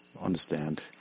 understand